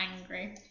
angry